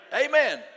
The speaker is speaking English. Amen